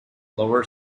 lower